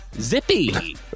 zippy